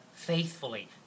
faithfully